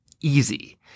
easy